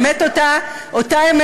זה לא אני אמרתי, זה כתוב בתורה.